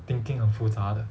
thinking 很复杂的